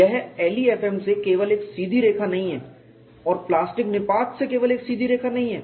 यह LEFM से केवल एक सीधी रेखा नहीं है और प्लास्टिक निपात से केवल एक सीधी रेखा नहीं है